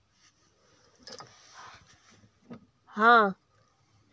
हाँ